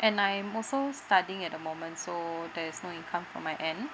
and I'm also studying at the moment so there's no income from my end